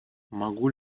могу